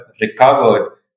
recovered